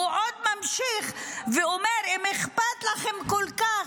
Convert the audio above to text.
והוא עוד ממשיך ואומר: אם אכפת לכם כל כך,